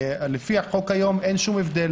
לפי החוק היום אין שום הבדל,